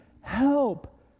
help